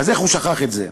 איך הוא שכח את זה?